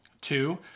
Two